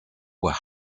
were